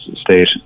state